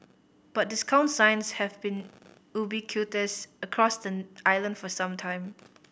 but discount signs have been ubiquitous across the island for some time